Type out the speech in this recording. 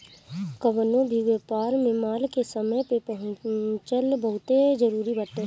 कवनो भी व्यापार में माल के समय पे पहुंचल बहुते जरुरी बाटे